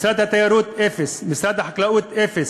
משרד התיירות, אפס, משרד החקלאות, אפס,